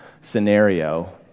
scenario